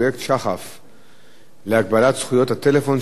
להגבלת זכויות הטלפון של האסירים מוכן להפעלה,